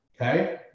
okay